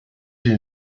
sie